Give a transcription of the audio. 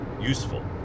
useful